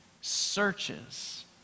searches